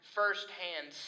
firsthand